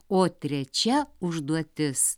o trečia užduotis